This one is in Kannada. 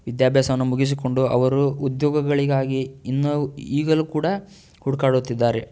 ವಿದ್ಯಾಭ್ಯಾಸವನ್ನು ಮುಗಿಸಿಕೊಂಡು ಅವರು ಉದ್ಯೋಗಗಳಿಗಾಗಿ ಇನ್ನೂ ಈಗಲೂ ಕೂಡ ಹುಡುಕಾಡುತ್ತಿದ್ದಾರೆ